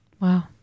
Wow